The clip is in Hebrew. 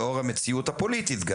גם לאור המציאות הפוליטית,